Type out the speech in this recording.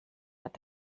hat